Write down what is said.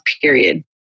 period